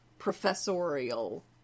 professorial